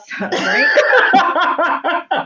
right